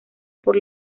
por